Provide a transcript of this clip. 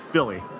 Billy